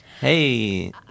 hey